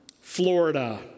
Florida